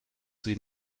sie